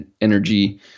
energy